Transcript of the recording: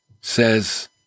says